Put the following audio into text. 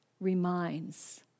reminds